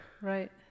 Right